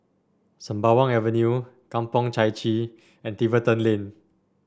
Sembawang Avenue Kampong Chai Chee and Tiverton Lane